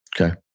Okay